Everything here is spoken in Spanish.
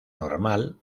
normal